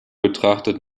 betrachtet